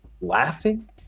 laughing